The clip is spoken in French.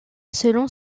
selon